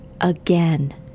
again